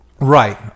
Right